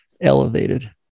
elevated